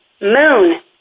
Moon